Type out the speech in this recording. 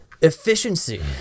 efficiency